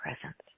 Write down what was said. presence